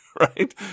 right